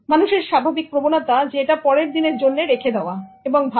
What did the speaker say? মানুষের স্বাভাবিক প্রবণতা এটা পরের দিনের জন্য রেখে দেওয়া এবং ভাবা